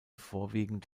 vorwiegend